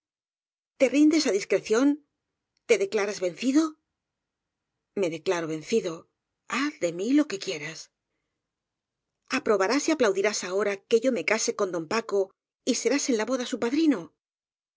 e rindes á discreción te declaras ven cido me declaro vencido haz de mí lo que quieras aprobarás y aplaudirás ahora que yo me case con don paco y serás en la boda su padrino